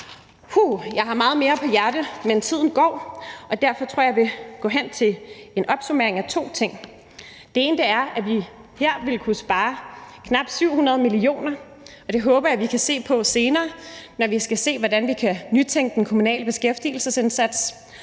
Jeg har meget mere på hjerte, men tiden går, og derfor tror jeg, at jeg vil gå til en opsummering af to ting. Den ene ting er, at vi her vil kunne spare knap 700 mio. kr., og det håber jeg at vi kan se på senere, når vi skal se, hvordan vi skal nytænke den kommunale beskæftigelsesindsats.